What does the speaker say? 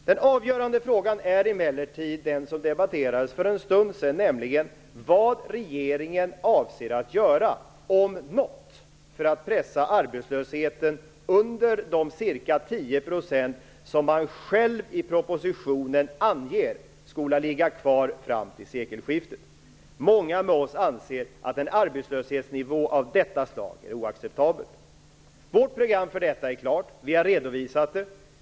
Den avgörande frågan är emellertid den som debatterades för en stund sedan, nämligen vad regeringen avser att göra för att pressa ner arbetslösheten under de ca 10 % som man själv i propositionen anger skola ligga kvar fram till sekelskiftet. Många med oss anser att en arbetslöshetsnivå av detta slag är oacceptabel. Vårt program för detta är klart. Vi har redovisat det.